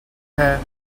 hair